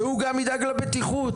וגם ידאג לבטיחות.